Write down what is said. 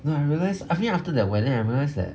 no I realise I mean after that wedding I realise that